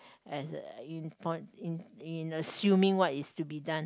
(as)(uh) in in assuming what is to be done